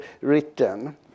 written